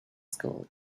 school